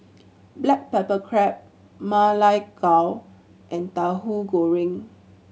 black pepper crab Ma Lai Gao and Tauhu Goreng